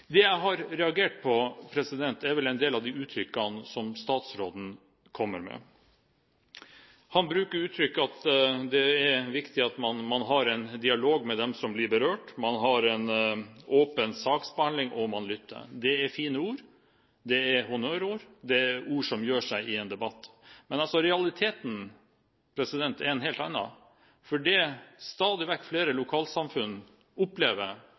Det jeg har reagert på, er en del av de uttrykkene som statsråden kommer med. Han bruker uttrykk som at det er viktig at man har en dialog med dem som blir berørt, at man har en åpen saksbehandling, og at man lytter. Det er fine ord. Det er honnørord. Det er ord som gjør seg i en debatt. Men realiteten er en helt annen, for det flere lokalsamfunn stadig vekk opplever,